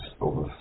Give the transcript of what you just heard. over